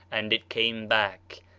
and it came back.